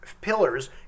pillars